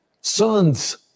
sons